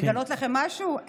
לגלות לכם משהו?